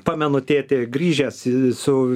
pamenu tėtė grįžęs su